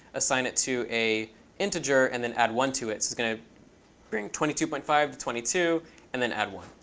assign it to a integer, and then add one to it. so it's going to bring twenty two point five to twenty two and then add one